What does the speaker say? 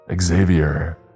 Xavier